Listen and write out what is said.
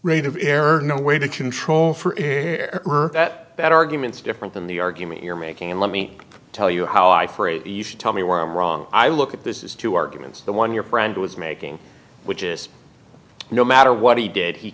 rate of error no way to control for that argument's different than the argument you're making and let me tell you how i phrase you should tell me where i'm wrong i look at this is two arguments the one your friend was making which is no matter what he did he